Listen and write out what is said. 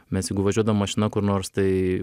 mes jeigu važiuodavom mašina kur nors tai